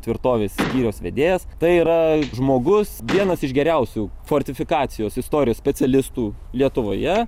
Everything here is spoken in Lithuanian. tvirtovės skyriaus vedėjas tai yra žmogus vienas iš geriausių fortifikacijos istorijos specialistų lietuvoje